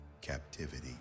captivity